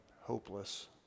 hopeless